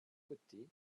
côtés